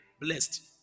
blessed